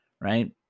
Right